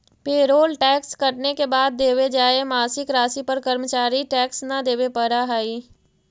payroll tax कटने के बाद देवे जाए मासिक राशि पर कर्मचारि के टैक्स न देवे पड़ा हई